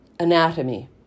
Anatomy